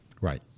Right